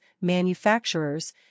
manufacturers